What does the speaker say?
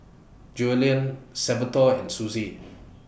Joellen Salvatore and Suzie